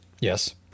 Yes